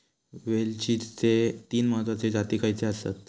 वेलचीचे तीन महत्वाचे जाती खयचे आसत?